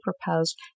proposed